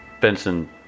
Benson